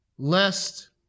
lest